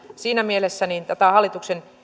siinä mielessä tätä hallituksen